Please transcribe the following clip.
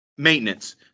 Maintenance